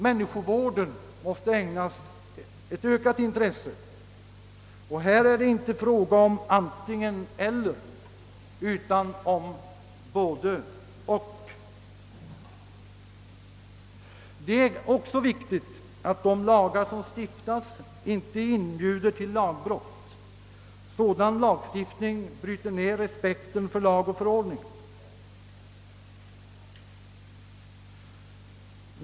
Människovården måste ägnas större intresse, och här är det inte fråga om antingen — eller utan om både-och. Det är också viktigt att de lagar som stiftas inte inbjuder till lag brott — sådan lagstiftning bryter ned respekten för lag och förordning.